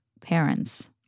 parents